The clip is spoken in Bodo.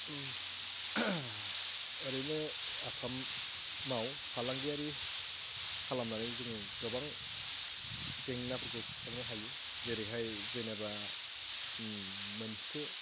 ओरैनो आसामाव फालांगिआरि खालामनानै जोङो गोबां जेंनाफोरखौ सुस्रांनो हायो जेरैहाय जेनेबा मोनसे